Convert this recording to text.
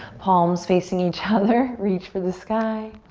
palms facing each other. reach for the sky.